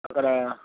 అక్కడ